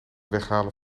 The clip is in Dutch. weghalen